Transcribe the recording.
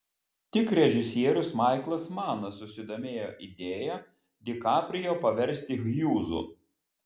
tik režisierius maiklas manas susidomėjo idėja di kaprijo paversti hjūzu